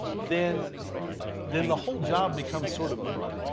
then then the whole job becomes sort of moot.